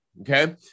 Okay